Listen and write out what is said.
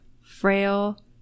frail